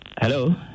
Hello